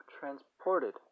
transported